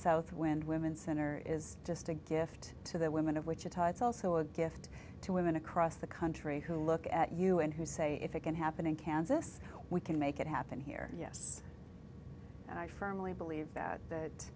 south wind women's center is just a gift to the women of wichita it's also a gift to women across the country who look at you and who say if it can happen in kansas we can make it happen here yes and i firmly believe that th